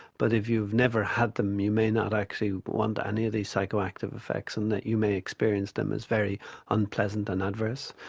but if you've never had them you may not actually want any of these psychoactive effects, and that you may experience them as very unpleasant and adverse.